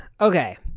Okay